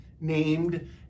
named